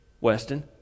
Weston